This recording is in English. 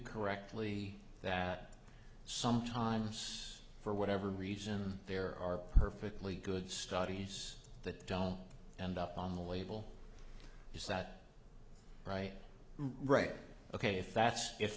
correctly that sometimes for whatever reason there are perfectly good studies that doll and up on the label you sat right right ok if that's if